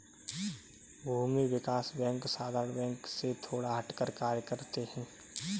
भूमि विकास बैंक साधारण बैंक से थोड़ा हटकर कार्य करते है